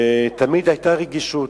ותמיד היתה רגישות.